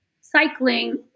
cycling